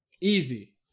Easy